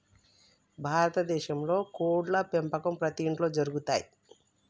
భారత దేశంలో కోడ్ల పెంపకం ప్రతి ఇంట్లో జరుగుతయ్